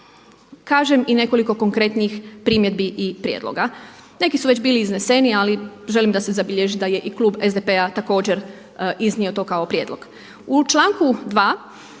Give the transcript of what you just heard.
kažem i nekoliko konkretnih primjedbi i prijedloga. Neki su već bili izneseni ali želim da se zabilježi da je i kluba SDP-a također iznio to kao prijedlog.